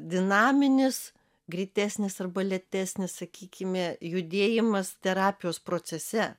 dinaminis greitesnis arba lėtesnis sakykime judėjimas terapijos procese